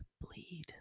bleed